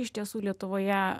iš tiesų lietuvoje